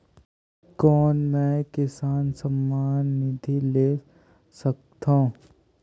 कौन मै किसान सम्मान निधि ले सकथौं?